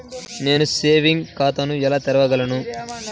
నేను సేవింగ్స్ ఖాతాను ఎలా తెరవగలను?